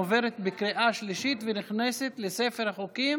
עוברת בקריאה שלישית ונכנסת לספר החוקים